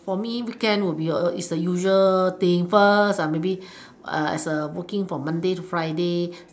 for me weekend will be a is a usual thing first are maybe as a working from monday to friday